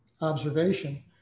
observation